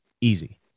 easy